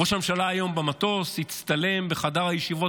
היום במטוס ראש הממשלה הצטלם בחדר הישיבות